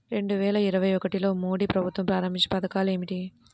రెండు వేల ఇరవై ఒకటిలో మోడీ ప్రభుత్వం ప్రారంభించిన పథకాలు ఏమిటీ?